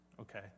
Okay